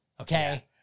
Okay